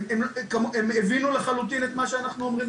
הם הבינו לחלוטין את מה שאנחנו אמרנו.